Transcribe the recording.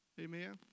Amen